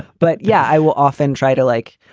but yeah, i will often try to, like,